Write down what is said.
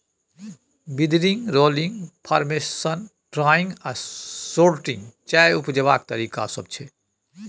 withering, rolling, fermentation, drying आ sorting चाय उपजेबाक तरीका सब छै